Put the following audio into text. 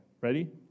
Ready